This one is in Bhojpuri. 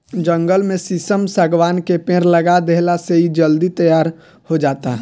जंगल में शीशम, शागवान के पेड़ लगा देहला से इ जल्दी तईयार हो जाता